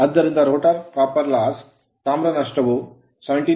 ಆದ್ದರಿಂದ rotor copper loss rotor ತಾಮ್ರದ ನಷ್ಟವು 17